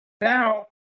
Now